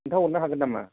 खोन्थाहरनो हागोन नामा